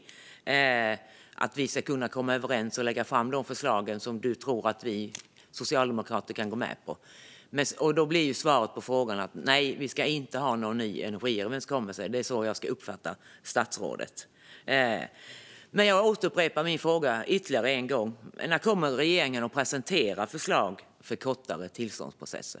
Hon vill att vi ska kunna komma överens, och hon vill lägga fram de förslag som hon tror att vi socialdemokrater kan gå med på. Då blir svaret på frågorna alltså att vi inte ska ha någon ny energiöverenskommelse; det är så jag ska uppfatta statsrådet. Jag upprepar min fråga ytterligare en gång: När kommer regeringen att presentera förslag för kortare tillståndsprocesser?